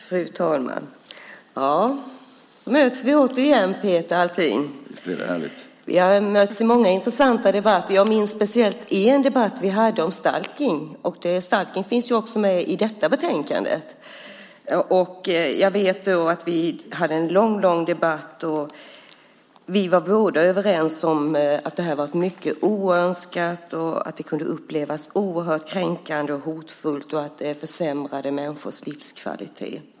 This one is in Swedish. Fru talman! Så möts vi igen, Peter Althin. Vi har mötts i många intressanta debatter. Jag minns speciellt en debatt som vi hade om stalkning. Stalkning finns ju också med i detta betänkande. Vi hade en lång debatt och var överens om att detta var något mycket oönskat, att det kunde upplevas oerhört kränkande och hotfullt och att det försämrade människors livskvalitet.